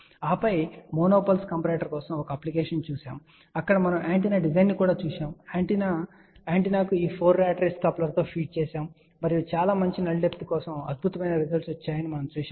ఆపై మనము mono pulse comparator కోసం ఒక అప్లికేషన్ ను చూశాము అక్కడ మనము యాంటెన్నా డిజైన్ను చూశాము ఆంటెన్నాకు ఈ 4 ర్యాట్ రేసు కప్లర్తో ఫీడ్ చేయబడింది మరియు చాలా మంచి నల్ డెప్త్ కోసం అద్భుతమైన రిజల్ట్స్ వచ్చాయని మనము చూశాము